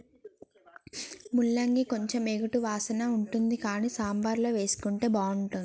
ముల్లంగి కొంచెం ఎగటు వాసన ఉంటది కానీ సాంబార్ల వేసుకుంటే బాగుంటుంది